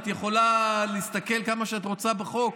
את יכולה להסתכל כמה שאת רוצה בחוק,